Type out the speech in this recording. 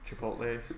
Chipotle